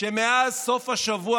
שמאז סוף השבוע,